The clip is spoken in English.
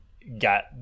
got